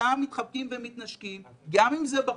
שכולם מתחבקים ומתנשקים בה, גם היא בחוץ,